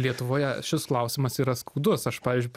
lietuvoje šis klausimas yra skaudus aš pavyzdžiui